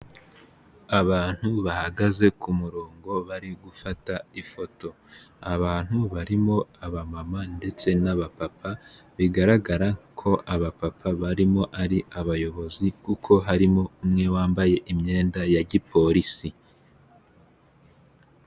Abantu bahagaze ku murongo bari gufata ifoto, abantu barimo abamama ndetse n'abapapa, bigaragara ko abapapa barimo ari abayobozi, kuko harimo umwe wambaye imyenda ya gipolisi.